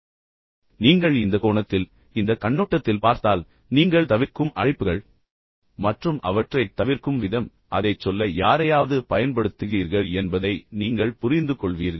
மீண்டும் நீங்கள் இந்த கோணத்தில் இந்த கண்ணோட்டத்தில் பார்த்தால் நீங்கள் தவிர்க்கும் அழைப்புகள் மற்றும் அவற்றைத் தவிர்க்கும் விதம் அதைச் சொல்ல யாரையாவது பயன்படுத்துகிறீர்கள் என்பதை நீங்கள் புரிந்துகொள்வீர்கள்